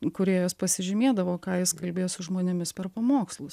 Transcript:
kurioje jis pasižymėdavo ką jis kalbėjo su žmonėmis per pamokslus